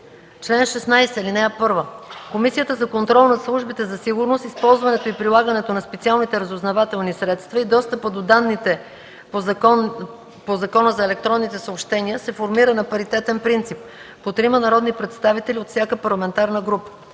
„Чл. 16. (1) Комисията за контрол над службите за сигурност, използването и прилагането на специалните разузнавателни средства и достъпа до данните по Закона за електронните съобщения се формира на паритетен принцип – по трима народни представители от всяка парламентарна група.